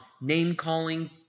name-calling